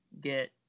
get